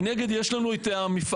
מנגד, יש לנו את המפעל.